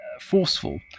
forceful